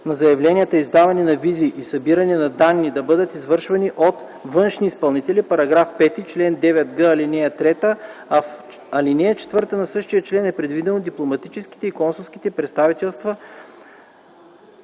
на заявленията, издаване на визи и събиране на данни да бъдат извършвани от външни изпълнители –§ 5 – чл. 9г, ал. 3, а в ал. 4 на същия член е предвидено дипломатическите и консулските представителства